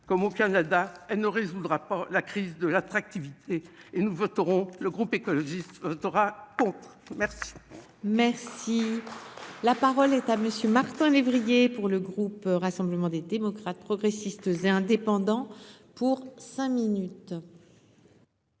comme au Canada, elle ne résoudra pas la crise de l'attractivité et nous voterons le groupe écologiste contre merci. Mais merci, la parole est à monsieur Martin lévrier. Pour le groupe Rassemblement des démocrates progressistes et indépendants pour cinq minutes.